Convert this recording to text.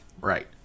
Right